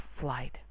flight